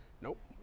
Nope